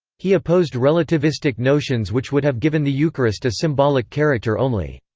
he opposed relativistic notions which would have given the eucharist a symbolic character only.